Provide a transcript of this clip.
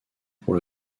pour